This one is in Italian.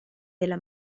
della